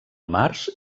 març